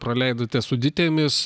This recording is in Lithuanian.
praleidote su ditėmis